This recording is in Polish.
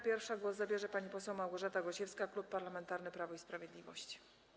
Pierwsza głos zabierze pani poseł Małgorzata Gosiewska, Klub Parlamentarny Prawo i Sprawiedliwość.